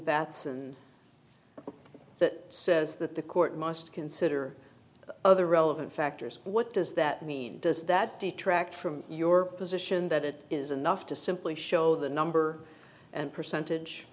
that that says that the court must consider other relevant factors what does that mean does that detract from your position that it is enough to simply show the number and percentage